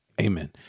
Amen